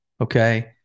okay